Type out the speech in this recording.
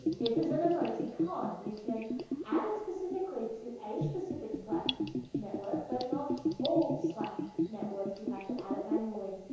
it is an emoticon. you can add it specifically to a specific slack network, but not all slack networks. you have to add it manually.